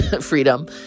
freedom